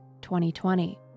2020